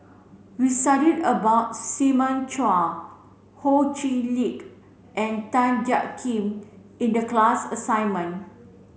we studied about Simon Chua Ho Chee Lick and Tan Jiak Kim in the class assignment